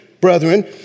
brethren